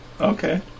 Okay